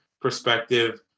perspective